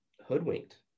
hoodwinked